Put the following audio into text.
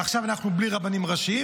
ועכשיו אנחנו בלי רבנים ראשיים,